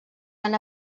han